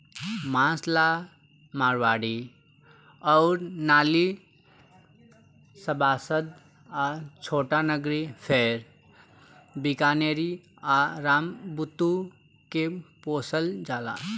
मांस ला मारवाड़ी अउर नालीशबाबाद आ छोटानगरी फेर बीकानेरी आ रामबुतु के पोसल जाला